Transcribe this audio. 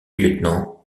lieutenant